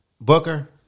Booker